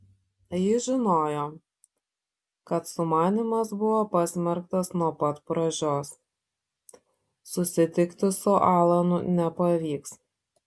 ji žinojo kad sumanymas buvo pasmerktas nuo pat pradžios susitikti su alanu nepavyks